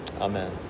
Amen